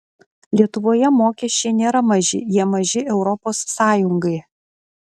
lietuvoje mokesčiai nėra maži jie maži europos sąjungai